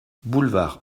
boulevard